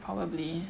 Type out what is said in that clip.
probably